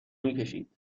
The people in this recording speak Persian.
میکشید